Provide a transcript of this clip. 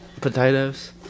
potatoes